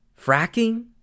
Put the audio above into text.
Fracking